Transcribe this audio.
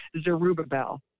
Zerubbabel